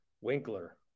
Winkler